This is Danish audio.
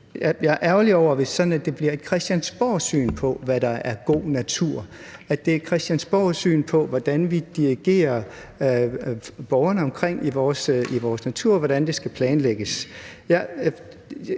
det er ærgerligt, hvis det her sådan bliver et Christiansborgsyn på, hvad der er god natur, hvis det bliver et Christiansborgsyn, der afgør, hvordan vi dirigerer borgerne omkring i vores natur, og hvordan det skal planlægges.